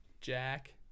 Jack